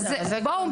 בואו,